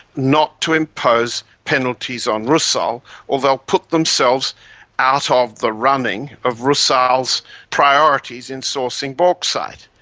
not to impose penalties on rusal or they'll put themselves out ah of the running of rusal's priorities in sourcing bauxite.